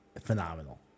Phenomenal